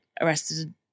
arrested